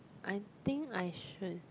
I think I should